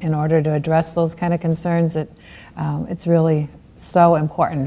in order to address those kind of concerns that it's really so important